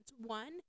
One